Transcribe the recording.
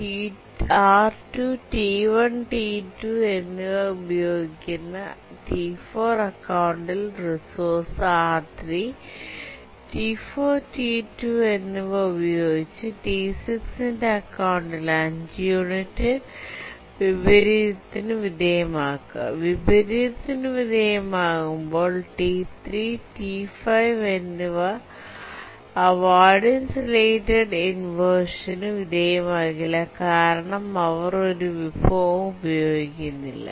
R2 T1 T2 എന്നിവ ഉപയോഗിക്കുന്ന T4 അക്കൌണ്ടിൽ റിസോഴ്സ് R3 T4 T2 എന്നിവ ഉപയോഗിച്ച് T6 ന്റെ അക്കൌണ്ടിൽ 5 യൂണിറ്റ് വിപരീതത്തിന് വിധേയമാക്കുക വിപരീതത്തിന് വിധേയമാകുമ്പോൾ T3 T 5 എന്നിവ അവോയ്ഡൻസ് റിലേറ്റഡ് ഇൻവെർഷൻ ന് വിധേയമാകില്ല കാരണം അവർ ഒരു വിഭവവും ഉപയോഗിക്കുന്നില്ല